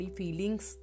feelings